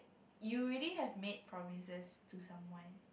you already have made promises to someone